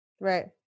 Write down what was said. Right